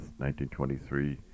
1923